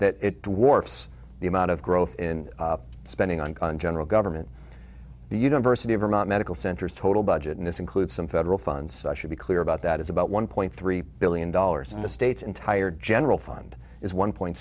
that it warps the amount of growth in spending on general government the university of vermont medical centers total budget and this includes some federal funds i should be clear about that is about one point three billion dollars in the states entire general fund is one point